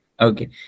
okay